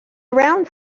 around